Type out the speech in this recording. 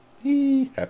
Happy